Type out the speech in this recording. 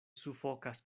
sufokas